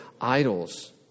idols